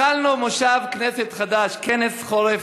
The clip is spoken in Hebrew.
התחלנו מושב כנסת חדש, כנס חורף.